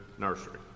nursery